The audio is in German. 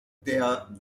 der